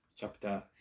chapter